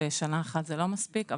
ששנה אחת היא לא מספיקה,